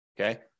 Okay